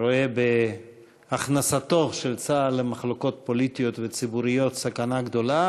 רואה בהכנסתו של צה"ל למחלוקות פוליטיות וציבוריות סכנה גדולה,